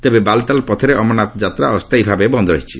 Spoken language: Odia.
ତେବେ ବାଲ୍ତାଲ୍ ପଥରେ ଅମରନାଥ ଯାତ୍ରା ଅସ୍ଥାୟୀ ଭାବେ ବନ୍ଦ୍ ରହିଛି